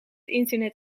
internet